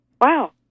Wow